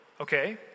Okay